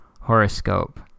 horoscope